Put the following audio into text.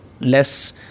less